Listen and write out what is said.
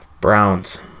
Browns